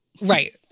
Right